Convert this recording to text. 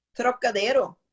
Trocadero